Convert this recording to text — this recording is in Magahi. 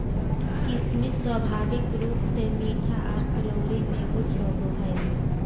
किशमिश स्वाभाविक रूप से मीठा आर कैलोरी में उच्च होवो हय